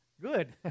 good